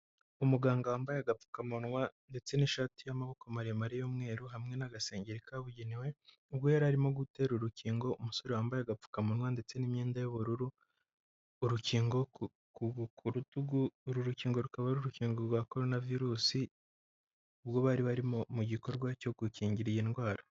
Umuganga wambaye agapfukamunwa ndetse n'ishati y'amaboko maremare y'umweru hamwe n'agasengeri kabugenewe, ubwo yari arimo gutera urukingo umusore wambaye agapfukamunwa ndetse n'imyenda y'ubururu, urukingo ku rutugu, uru rukingo rukaba ari urukingo rwa Korona virusi, ubwo bari barimo mu gikorwa cyo gukingira iyi ndwara.